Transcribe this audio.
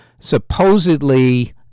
Supposedly